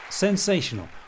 Sensational